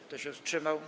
Kto się wstrzymał?